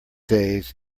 days